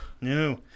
No